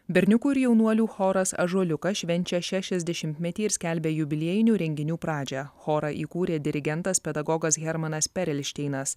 berniukų ir jaunuolių choras ąžuoliukas švenčia šešiasdešimtmetį ir skelbia jubiliejinių renginių pradžią chorą įkūrė dirigentas pedagogas hermanas perelšteinas